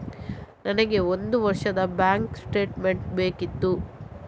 ನನಗೆ ಒಂದು ವರ್ಷದ ಬ್ಯಾಂಕ್ ಸ್ಟೇಟ್ಮೆಂಟ್ ಬೇಕಿತ್ತು